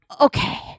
Okay